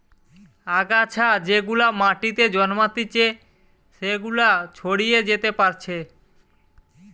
আগাছা যেগুলা মাটিতে জন্মাতিচে সেগুলা ছড়িয়ে যেতে পারছে